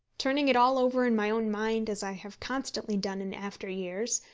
turning it all over in my own mind, as i have constantly done in after years,